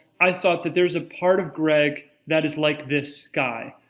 i thought that there's a part of greg, that is like this guy.